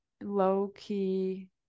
low-key